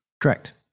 Correct